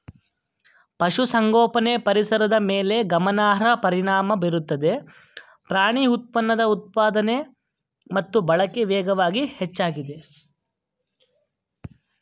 ಪಶುಸಂಗೋಪನೆ ಪರಿಸರದ ಮೇಲೆ ಗಮನಾರ್ಹ ಪರಿಣಾಮ ಬೀರುತ್ತದೆ ಪ್ರಾಣಿ ಉತ್ಪನ್ನದ ಉತ್ಪಾದನೆ ಮತ್ತು ಬಳಕೆ ವೇಗವಾಗಿ ಹೆಚ್ಚಾಗಿದೆ